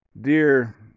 Dear